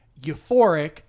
euphoric